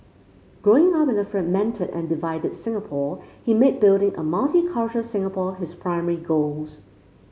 Growing Up in a fragmented and divided Singapore he made building a multicultural Singapore his primary goals